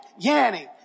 Yanny